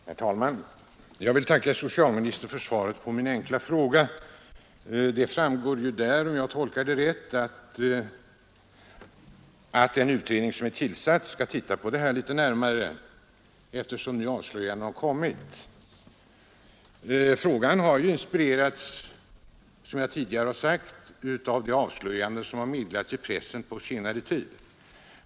Herr talman! Jag vill tacka socialministern för svaret på min enkla fråga. Det framgår, om jag tolkar svaret rätt, att den utredning som är tillsatt skall titta på saken litet närmare, eftersom nu avslöjandena har kommit. Min fråga har inspirerats — som jag tidigare har sagt — av de avslöjanden som gjorts i pressen på senare tid.